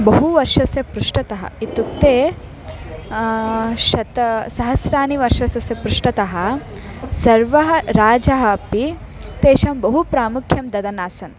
बहु वर्षस्य पृष्ठतः इत्युक्ते शतसहस्राणि वर्षस्य पृष्ठतः सर्वः राजानः अपि तेषां बहु प्रामुख्यं ददन् आसन्